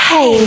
Hey